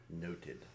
Noted